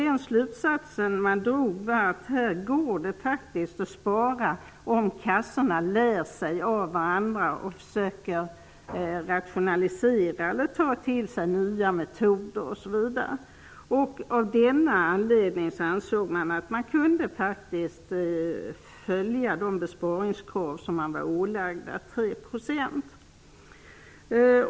Den slutsats som drogs var att det går att spara om kassorna lär sig av varandra, försöker rationalisera, tar till sig nya metoder, osv. Av denna anledning ansågs att kassorna kunde följa det ålagda besparingskravet på 3 %.